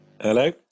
hello